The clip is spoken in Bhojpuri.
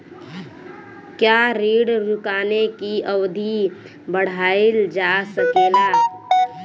क्या ऋण चुकाने की अवधि बढ़ाईल जा सकेला?